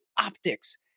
optics